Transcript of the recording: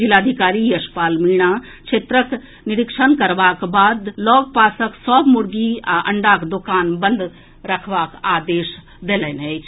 जिलाधिकारी यशपाल मीणा क्षेत्रक निरीक्षण करबाक बाद लऽग पासक सभ मुर्गी आ अंडाक दोकान बंद करबाक आदेश देलनि अछि